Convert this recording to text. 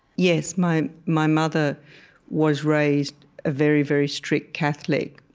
yes. my my mother was raised a very, very strict catholic.